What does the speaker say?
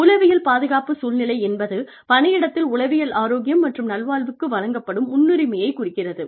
உளவியல் பாதுகாப்பு சூழ்நிலை என்பது பணியிடத்தில் உளவியல் ஆரோக்கியம் மற்றும் நல்வாழ்வுக்கு வழங்கப்படும் முன்னுரிமையைக் குறிக்கிறது